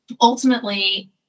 ultimately